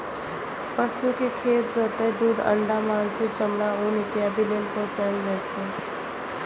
पशु कें खेत जोतय, दूध, अंडा, मासु, चमड़ा, ऊन इत्यादि लेल पोसल जाइ छै